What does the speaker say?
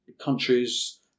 countries